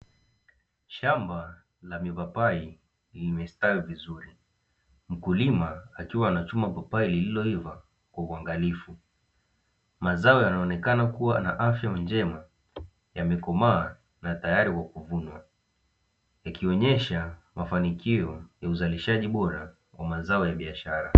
Shamba la mipapai limestawi vizuri, mkulima akiwa anachuma papai lililoiva kwa uangalifu. Mazao yanaonekana kuwa na afya njema, yamekomaa na tayari kwa kuvunwa yakionyesha mafanikio ya uzalishaji bora kwa mazao ya biashara.